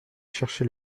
chercher